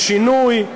ושינוי,